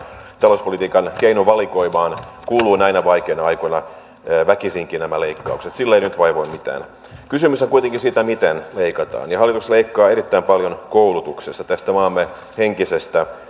talouspolitiikan keinovalikoimaan kuuluvat näinä vaikeina aikoina väkisinkin nämä leikkaukset sille ei nyt vain voi mitään kysymys on kuitenkin siitä miten leikataan ja hallitus leikkaa erittäin paljon koulutuksesta tästä maamme